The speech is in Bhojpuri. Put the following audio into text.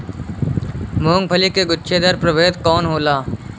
मूँगफली के गुछेदार प्रभेद कौन होला?